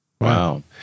Wow